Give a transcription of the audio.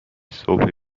صبح